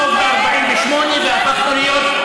ממשלות מפלגת העבודה.